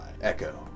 echo